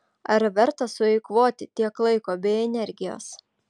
ar verta sueikvoti tiek laiko bei energijos